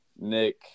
Nick